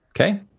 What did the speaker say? Okay